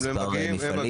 לפי מספר מפעלים?